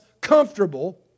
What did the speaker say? comfortable